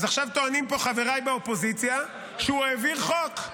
אז עכשיו טוענים פה חבריי באופוזיציה שהוא העביר חוק,